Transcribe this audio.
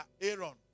Aaron